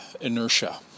inertia